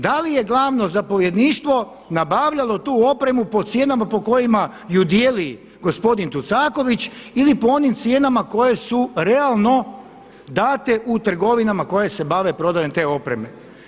Da li je glavno zapovjedništvo nabavljalo tu opremu po cijenama po kojima ju dijeli gospodin Tucaković ili po onim cijenama koje su realno date u trgovinama koje se bave prodajom te opreme?